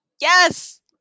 Yes